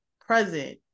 present